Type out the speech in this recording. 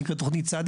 היא נקראת תוכנית צ'.